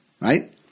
right